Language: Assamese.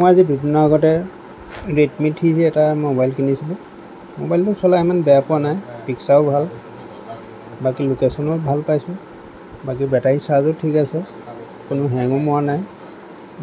মই আজি দুদিনৰ আগতে ৰেডমি থ্ৰি যে এটা মোবাইল কিনিছিলোঁ মোবাইলটো চলাই ইমান বেয়া পোৱা নাই পিকচাৰ ভাল বাকী লোকেশ্যনো ভাল পাইছোঁ বাকী বেটাৰী চাৰ্জো ঠিক আছে কোনো হেঙো মৰা নাই